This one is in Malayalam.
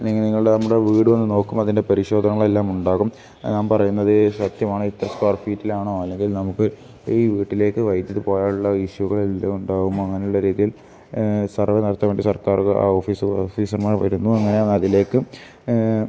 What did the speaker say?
അല്ലെങ്കിൽ നിങ്ങളുടെ നമ്മുടെ വീട് വന്ന് നോക്കും അതിൻ്റെ പരിശോധനകളെല്ലാം ഉണ്ടാകും നാം പറയുന്നത് സത്യമാണ് ഇത്ര സ്ക്വയർ ഫീറ്റിലാണോ അല്ലെങ്കിൽ നമുക്ക് ഈ വീട്ടിലേക്ക് വൈദ്യുതി പോകാനുള്ള ഇഷ്യുകൾ എല്ലാം ഉണ്ടാകുമോ അങ്ങനെയുള്ള രീതിയിൽ സർവ് നടത്താൻ വേണ്ടി സർക്കാർക്ക് ഓഫീസ് ഓഫീസർമാർ വരുന്നു അങ്ങനെയാണ് അതിലേക്ക്